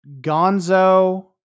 Gonzo